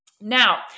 Now